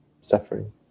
suffering